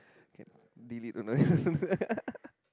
delete oh no